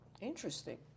Interesting